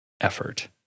effort